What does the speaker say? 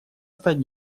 стать